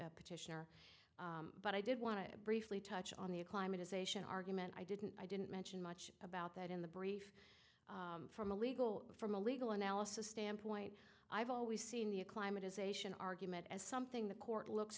the petitioner but i did want to briefly touch on the climate is ation argument i didn't i didn't mention much about that in the brief from a legal from a legal analysis standpoint i've always seen the a climate as ation argument as something the court looks